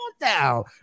down